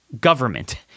government